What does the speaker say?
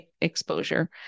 exposure